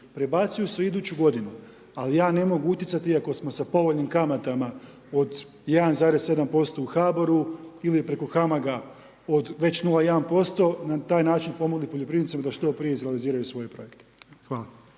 prebacuju se u iduću g. Ali ja ne mogu utjecati, iako smo sa povoljnim kamatama od 1,7% u HBOR-u, ili preko HAMAG-a već 0,1% na taj način pomogunuti poljoprivrednicima da što prije izrealiziraju svoje projekte. Hvala.